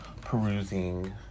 perusing